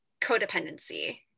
codependency